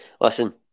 Listen